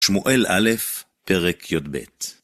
שמואל א', פרק י"ב.